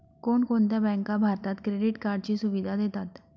कोणकोणत्या बँका भारतात क्रेडिट कार्डची सुविधा देतात?